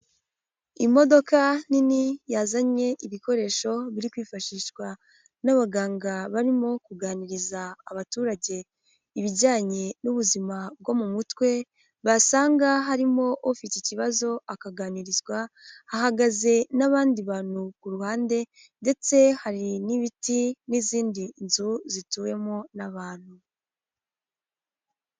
Imodoka nini yazanye ibikoresho biri kwifashishwa n'abaganga barimo kuganiriza abaturage ibijyanye n'ubuzima bwo mu mutwe, basanga harimo ufite ikibazo akaganirizwa, hahagaze n'abandi bantu ku ruhande ndetse hari n'ibiti n'izindi nzu zituwemo n'abantu.